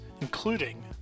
including